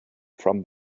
from